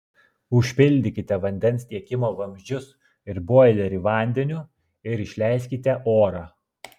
užpildykite vandens tiekimo vamzdžius ir boilerį vandeniu ir išleiskite orą